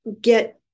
get